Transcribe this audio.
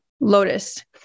Lotus